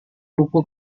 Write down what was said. buku